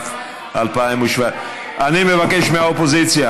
התשע"ח 2017. אני מבקש מהאופוזיציה,